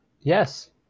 Yes